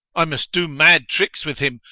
i must do mad tricks with him,